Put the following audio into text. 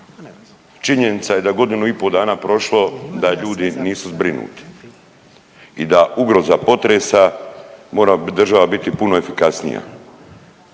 Činjenica je da godinu i po dana prošlo da ljudi nisu zbrinuti i da ugroza potresa mora država biti puno efikasnija.